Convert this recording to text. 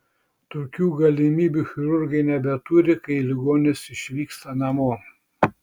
tokių galimybių chirurgai nebeturi kai ligonis išvyksta namo